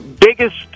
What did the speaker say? biggest